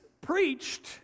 preached